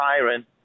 tyrant